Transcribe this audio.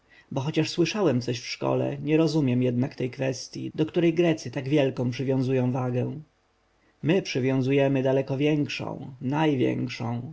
bo chociaż słyszałem coś w szkole nie rozumiem jednak tej kwestji do której grecy tak wielką przywiązują wagę my przywiązujemy daleko większą największą